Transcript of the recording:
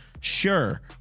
Sure